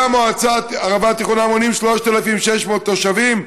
במועצה הערבה התיכונה יש 3,600 תושבים,